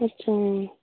ꯑꯠꯁꯥ